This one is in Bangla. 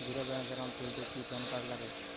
জীরো ব্যালেন্স একাউন্ট খুলতে কি প্যান কার্ড লাগে?